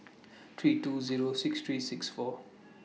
three two Zero six three six four